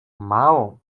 małą